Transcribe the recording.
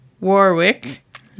Warwick